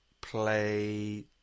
play